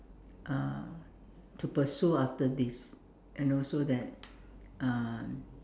uh to pursue after this and also that uh